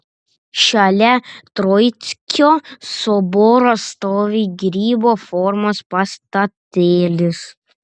šalia troickio soboro stovi grybo formos pastatėlis